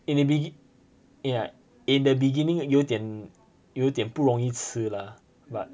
in the begi~ yeah in the beginning 有点有点不容易吃 lah but